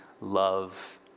love